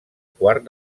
quart